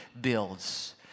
builds